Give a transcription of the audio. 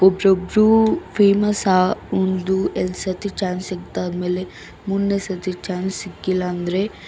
ಒಬ್ಬೂಬ್ರು famous ಆ ಒಂದು ಎರ್ಡು ಸರ್ತಿ ಚಾನ್ಸ್ ಸಿಕ್ಕಾದ ಮೇಲೆ ಮೂರನೇ ಸರ್ತಿ ಚಾನ್ಸ್ ಸಿಕ್ಕಿಲ್ಲ ಅಂದರೆ